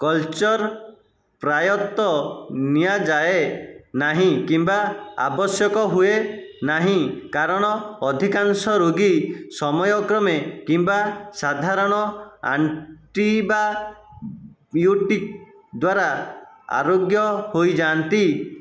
culture ପ୍ରାୟତଃ ନିଆଯାଏ ନାହିଁ କିମ୍ବା ଆବଶ୍ୟକ ହୁଏ ନାହିଁ କାରଣ ଅଧିକାଂଶ ରୋଗୀ ସମୟକ୍ରମେ କିମ୍ବା ସାଧାରଣ ଆଣ୍ଟିବାୟୋଟିକ୍ ଦ୍ୱାରା ଆରୋଗ୍ୟ ହୋଇଯାଆନ୍ତି